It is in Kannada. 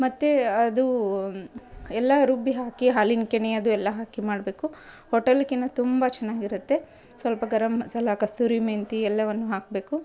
ಮತ್ತೆ ಅದೂ ಎಲ್ಲ ರುಬ್ಬಿ ಹಾಕಿ ಹಾಲಿನ ಕೆನೆ ಅದು ಎಲ್ಲ ಹಾಕಿ ಮಾಡಬೇಕು ಹೋಟೆಲ್ಕ್ಕಿಂತ ತುಂಬ ಚೆನ್ನಾಗಿರುತ್ತೆ ಸ್ವಲ್ಪ ಗರಮ್ ಮಸಾಲ ಕಸ್ತೂರಿ ಮೆಂತಿ ಎಲ್ಲವನ್ನು ಹಾಕಬೇಕು